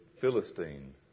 Philistine